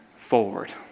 forward